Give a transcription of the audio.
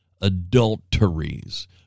adulteries